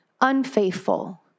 unfaithful